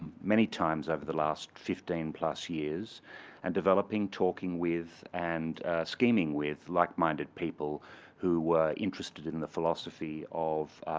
many times over the last fifteen plus years and developing, talking with and scheming with like-minded people who were interested in the philosophy of